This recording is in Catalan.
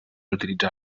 utilitzar